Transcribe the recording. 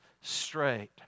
straight